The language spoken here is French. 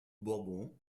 bourbon